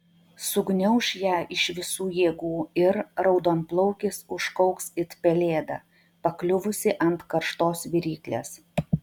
sugniauš ją iš visų jėgų ir raudonplaukis užkauks it pelėda pakliuvusi ant karštos viryklės